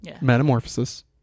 Metamorphosis